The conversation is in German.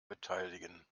beteiligen